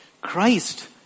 Christ